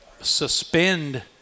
suspend